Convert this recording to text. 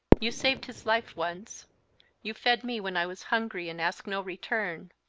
you saved his life once you fed me when i was hungry and asked no return.